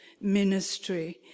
ministry